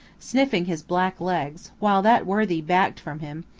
sniffing his black legs, while that worthy backed from him,